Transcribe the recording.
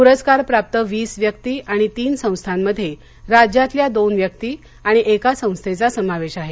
पुरस्कार प्राप्त वीस व्यक्ति आणि तीन संस्थांमध्ये राज्यातल्या दोन व्यक्ति आणि एका संस्थेचा समावेश आहे